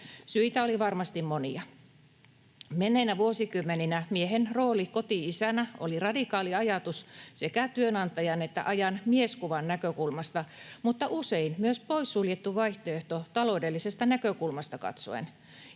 Syitä oli varmasti monia. Menneinä vuosikymmeninä miehen rooli koti-isänä oli radikaali ajatus sekä työnantajan että ajan mieskuvan näkökulmasta mutta usein myös pois suljettu vaihtoehto taloudellisesta näkökulmasta katsoen.